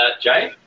Jay